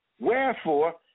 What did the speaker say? Wherefore